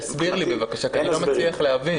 תסביר לי, אני לא מצליח להבין.